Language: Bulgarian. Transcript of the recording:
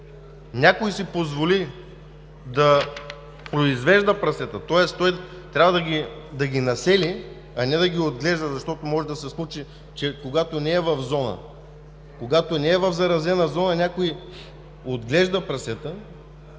някой си позволи да произвежда прасета, тоест той трябва да ги насели, а не да ги отглежда, защото може да се случи, когато не е в заразена зона, някой отглежда прасета,